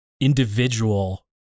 individual